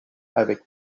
avec